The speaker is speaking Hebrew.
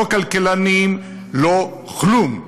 לא כלכלנים, לא כלום.